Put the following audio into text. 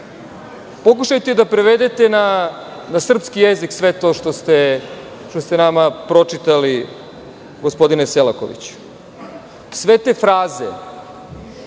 da prevedete na srpski jezik sve to što ste nama pročitali, gospodine Selakoviću. Sve te fraze